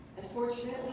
Unfortunately